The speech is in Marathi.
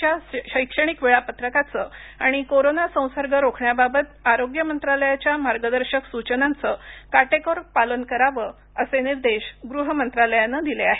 च्या शैक्षणिक वेळापत्रकाचं आणि कोरोना संसर्ग रोखण्याबाबत आरोग्य मंत्रालयाच्या मार्गदर्शक सूचनांचं काटेकोर पालन करावं असे निर्देश गृह मंत्रालयानं दिले आहेत